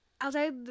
outside